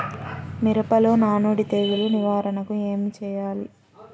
మిరపలో నానుడి తెగులు నివారణకు ఏమి చేయాలి?